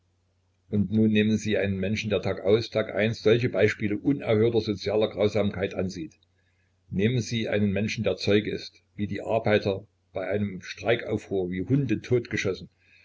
und nun nehmen sie einen menschen der tag aus tag ein sich solche beispiele unerhörter sozialer grausamkeit ansieht nehmen sie einen menschen der zeuge ist wie die arbeiter bei einem streikaufruhr wie hunde totgeschossen